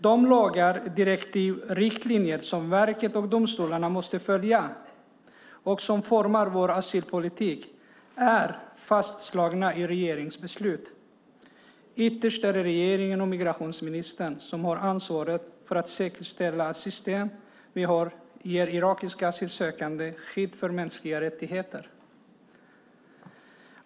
De lagar, direktiv och riktlinjer som verket och domstolarna måste följa och som formar vår asylpolitik är fastslagna i regeringsbeslut. Ytterst är det regeringen och migrationsministern som har ansvaret för att säkerställa att de system vi har ger irakiska asylsökande skydd när det gäller mänskliga rättigheter.